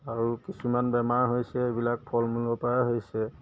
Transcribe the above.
আৰু কিছুমান বেমাৰ হৈছে এইবিলাক ফলমূলৰপৰাই হৈছে